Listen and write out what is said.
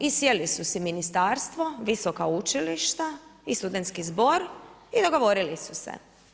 I sjeli su si ministarstvo, visoka učilišta i Studentski zbor i dogovorili su se.